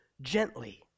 gently